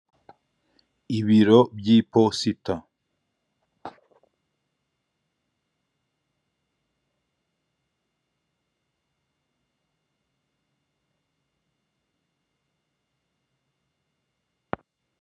Ibiro by'iposita.